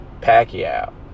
Pacquiao